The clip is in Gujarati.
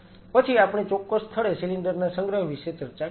પછી આપણે ચોક્કસ સ્થળે સિલિન્ડર ના સંગ્રહ વિશે ચર્ચા કરી છે